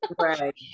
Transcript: right